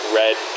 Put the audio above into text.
red